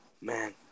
Man